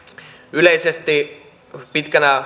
yleisesti pitkänä